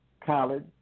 College